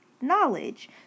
knowledge